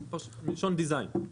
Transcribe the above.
מלשון design.